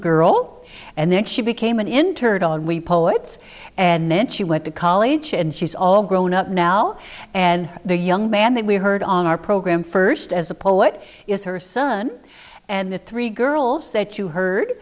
girl and then she became an internal and we poets and then she went to college and she's all grown up now and the young man that we heard on our program first as a pole what is her son and the three girls that you heard